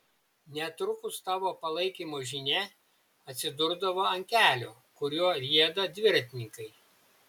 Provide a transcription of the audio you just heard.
netrukus tavo palaikymo žinia atsidurdavo ant kelio kuriuo rieda dviratininkai